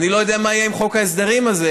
אני לא יודע מה יהיה עם חוק ההסדרים הזה,